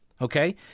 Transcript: Okay